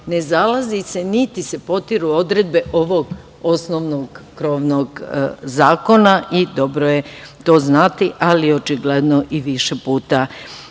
ne zalazi se, niti se potiru odredbe ovog osnovnog krovnog zakona. Dobro je to znati, ali i očigledno više puta